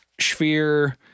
sphere